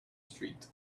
street